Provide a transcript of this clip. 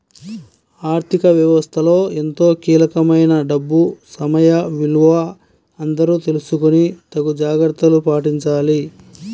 ఆర్ధిక వ్యవస్థలో ఎంతో కీలకమైన డబ్బు సమయ విలువ అందరూ తెలుసుకొని తగు జాగర్తలు పాటించాలి